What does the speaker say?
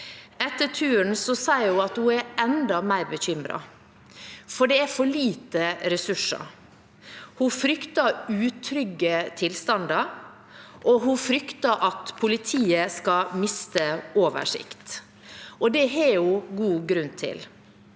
Etter turen sier hun at hun er enda mer bekymret, for det er for lite ressurser. Hun frykter utrygge tilstander, og hun frykter at politiet skal miste oversikt. Det har hun god grunn til.